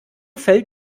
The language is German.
fällt